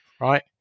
right